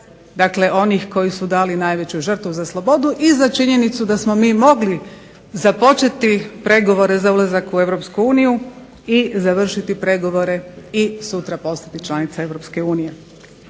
Dakle, onih koji su dali najveću žrtvu za slobodu i za činjenicu da smo mi mogli započeti pregovore za ulazak u EU i završiti pregovore i sutra postati članica EU.